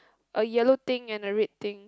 a yellow thing and a red thing